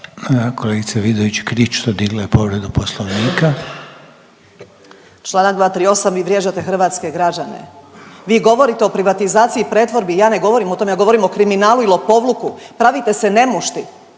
**Vidović Krišto, Karolina (OIP)** Čl. 238.. Vi vrijeđate hrvatske građane, vi govorite o privatizaciji i pretvorbi. Ja ne govorim o tome, ja govorim o kriminalu i lopovluku. Pravite se nemušti,